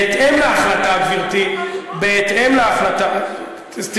בהתאם להחלטה, גברתי, לא יכולה לשמוע אותו.